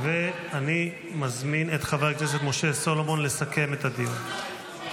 אני מזמין את חבר הכנסת משה סולומון לסכם את הדיון,